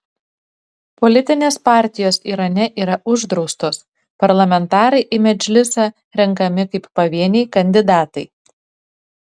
politinės partijos irane yra uždraustos parlamentarai į medžlisą renkami kaip pavieniai kandidatai